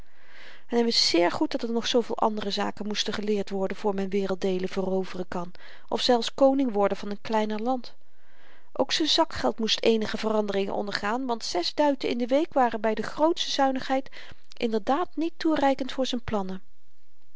hy wist zeer goed dat er nog zooveel andere zaken moesten geleerd worden voor men werelddeelen veroveren kan of zelfs koning worden van n kleiner land ook z'n zakgeld moest eenige veranderingen ondergaan want zes duiten in de week waren by de grootste zuinigheid inderdaad niet toereikend voor z'n plannen